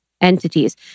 entities